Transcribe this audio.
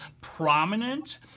prominent